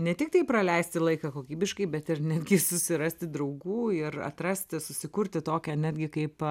ne tiktai praleisti laiką kokybiškai bet ir netgi susirasti draugų ir atrasti susikurti tokią netgi kaip